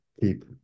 keep